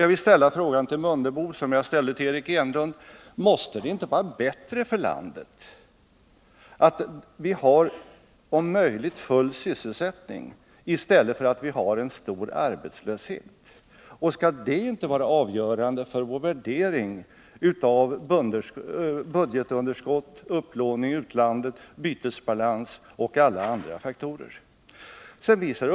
Den fråga som jag ställde till Eric Enlund vill jag också ställa till Ingemar Mundebo: Måste det inte vara bättre för landet att vi har om möjligt full sysselsättning i stället för en stor arbetslöshet, och skall inte detta vara avgörande för vår värdering av budgetunderskott, upplåning i utlandet, bytesbalans och alla andra faktorer?